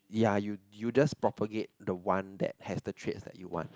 ya you you just propagate the one that has the traits that you want